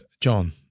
John